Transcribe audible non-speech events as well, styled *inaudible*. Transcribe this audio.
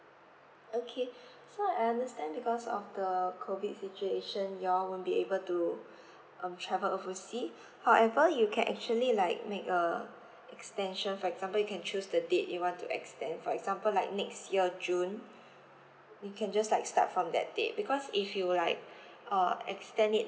okay *breath* so I understand because of the COVID situation you all won't be able to *breath* um travel oversea *breath* however you can actually like make a extension for example you can choose the date you want to extend for example like next year june you can just like start from that date because if you like *breath* uh extend it